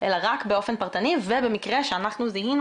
אלא רק באופן פרטני ובמקרה שאנחנו זיהינו